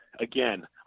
again